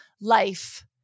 life